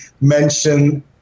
mention